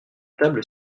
table